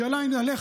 השאלה אם עליך,